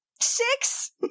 Six